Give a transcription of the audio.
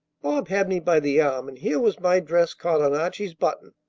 bob had me by the arm and here was my dress caught on archie's button,